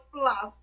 plus